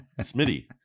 Smitty